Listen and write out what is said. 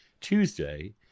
Tuesday